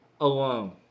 alone